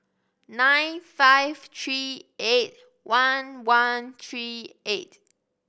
nine five three eight one one three eight